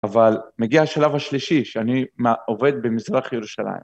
אבל מגיע השלב השלישי, שאני עובד במזרח ירושלים.